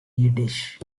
yiddish